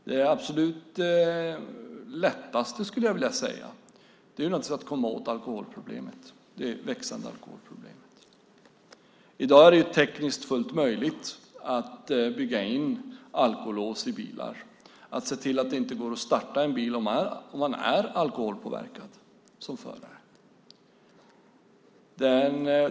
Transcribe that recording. Det absolut lättaste är att komma åt det växande alkoholproblemet. I dag är det tekniskt möjligt att bygga in alkolås i bilar, att se till att det inte går att starta en bil om man som förare är alkoholpåverkad.